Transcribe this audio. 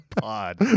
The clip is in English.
pod